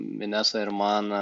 inesai ir man